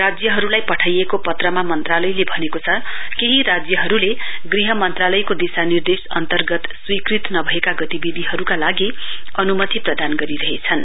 राज्यहरूलाई पठाइएको पत्रमा मन्त्रालयले भनेको छ केही राज्यहरूले गृह मन्त्रालयको दिशानिर्देश अन्तदर्गत स्वीकृत नभएका गतिविधिहरूका लागि अनुमति प्रदान गरिरहेछन्